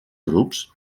grups